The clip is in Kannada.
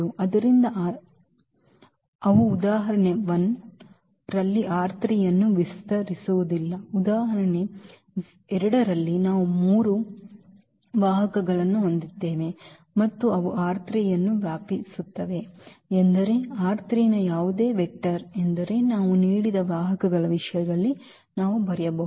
ಆದ್ದರಿಂದ ಆದರೆ ಅವು ಉದಾಹರಣೆ 1 ರಲ್ಲಿ ಅನ್ನು ವಿಸ್ತರಿಸುವುದಿಲ್ಲ ಉದಾಹರಣೆ 2 ರಲ್ಲಿ ನಾವು ಮೂರು ವಾಹಕಗಳನ್ನು ಹೊಂದಿದ್ದೇವೆ ಮತ್ತು ಅವು ಅನ್ನು ವ್ಯಾಪಿಸುತ್ತವೆ ಎಂದರೆ ರ ಯಾವುದೇ ವೆಕ್ಟರ್ ಎಂದರೆ ನಾವು ನೀಡಿದ ವಾಹಕಗಳ ವಿಷಯದಲ್ಲಿ ನಾವು ಬರೆಯಬಹುದು